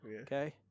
okay